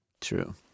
True